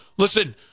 Listen